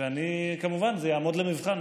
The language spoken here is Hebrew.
זה כמובן יעמוד למבחן.